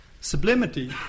Sublimity